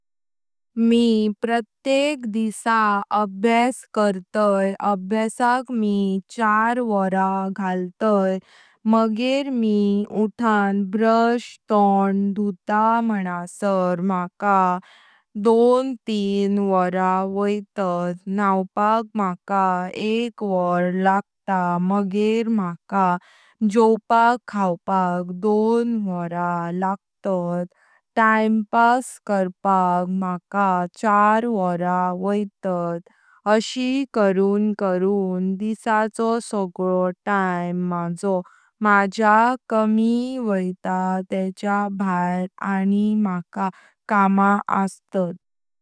मी प्रतेक दिसा अभ्यास करतय, अभ्यासाक मी चार वोरां घालतय मग़ेर मी उत्थान ब्रश तोंड धुतां मानसार म्हाका दोन तीन वोरां वायतात, न्हाऊपाक म्हाका एक वोर लागत। मग़ेर म्हाका जोंवपाक खाऊपाक दोन वोरां लागतात, टाइम पास करपाक म्हाका चार वोरां वोइतात अशी करून करून दिसाचो सगळो टाइम माझो माझ्या कमी वोइत तेंच्या भायर आनिंग म्हाका कामा अस्तात।